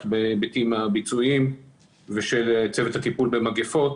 בהיבטים הביצועיים ושל צוות הטיפול במגפות